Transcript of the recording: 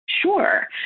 Sure